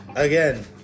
again